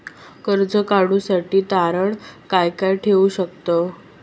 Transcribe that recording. कर्ज काढूसाठी तारण काय काय ठेवू शकतव?